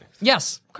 Yes